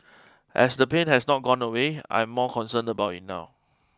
as the pain has not gone away I am more concerned about it now